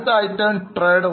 അടുത്തത് trade receivable